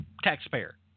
Taxpayer